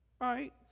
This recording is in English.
right